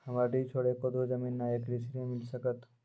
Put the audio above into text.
हमरा डीह छोर एको धुर जमीन न या कृषि ऋण मिल सकत?